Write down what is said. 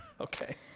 Okay